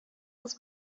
кыз